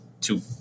two